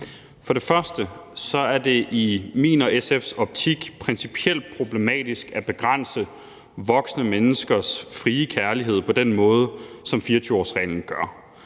For det første er det i min og SF's optik principielt problematisk at begrænse voksne menneskers frie kærlighed på den måde, som 24-årsreglen gør.